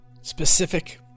Specific